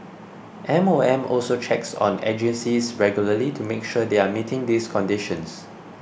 M O M also checks on agencies regularly to make sure they are meeting these conditions